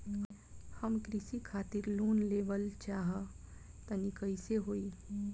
हम कृषि खातिर लोन लेवल चाहऽ तनि कइसे होई?